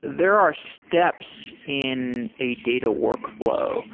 there are steps in a data workfl ow